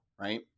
right